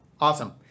Awesome